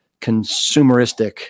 consumeristic